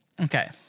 Okay